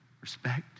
respect